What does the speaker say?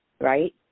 right